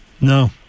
No